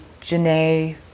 Janae